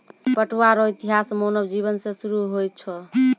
पटुआ रो इतिहास मानव जिवन से सुरु होय छ